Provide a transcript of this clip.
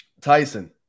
Tyson